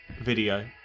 video